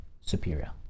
superior